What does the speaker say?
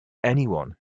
anyone